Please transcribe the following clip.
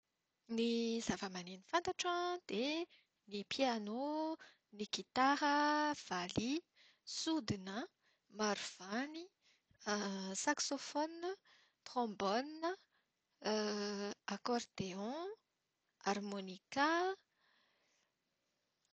Ny zava-maneno fantatro an dia ny piano, ny gitara, valiha, sodina, marovany, saksophonina, trombone, accordéon, harmonica.